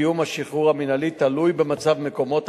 קיום השחרור המינהלי תלוי במצב מקומות